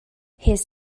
his